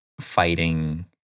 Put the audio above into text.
fighting